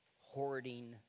hoarding